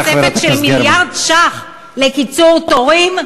את התוספת של מיליארד ש"ח לקיצור תורים?